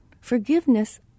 Forgiveness